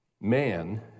man